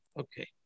Okay